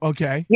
Okay